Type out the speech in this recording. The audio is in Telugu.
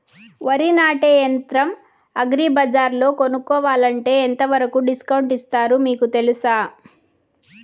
వరి నాటే యంత్రం అగ్రి బజార్లో కొనుక్కోవాలంటే ఎంతవరకు డిస్కౌంట్ ఇస్తారు మీకు తెలుసా?